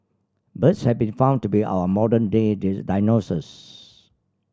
birds have been found to be our modern day dinosaurs